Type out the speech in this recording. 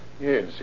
Yes